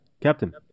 Captain